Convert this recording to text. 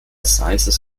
sciences